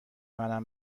منم